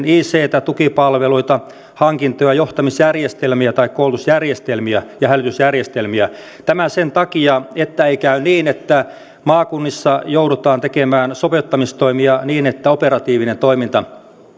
ictä tukipalveluita hankintoja johtamisjärjestelmiä tai koulutusjärjestelmiä ja hälytysjärjestelmiä tämä sen takia ettei käy niin että maakunnissa joudutaan tekemään sopeuttamistoimia niin että operatiivinen toiminta